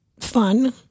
fun